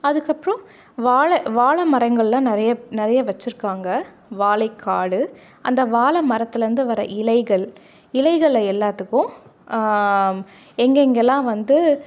அதுக்கப்புறம் வாழை வாழை மரங்களெலாம் நிறைய நிறைய வச்சுருக்காங்க வாழைக்காடு அந்த வாழை மரத்துலருந்து வர இலைகள் இலைகள எல்லாத்துக்கும் எங்கெங்கெலாம் வந்து